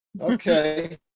okay